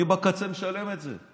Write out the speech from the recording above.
מי בקצה משלם את זה?